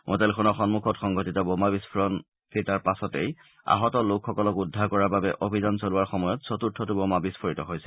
হোটেলখনৰ সন্মুখত সংঘটিত বোমা বিক্ফোৰণ কেইটাৰ পাছতেই আহত লোকসকলক উদ্ধাৰ কৰাৰ বাবে অভিযান চলোৱাৰ সময়ত চতুৰ্থটো বোমা বিস্ফোৰিত হৈছিল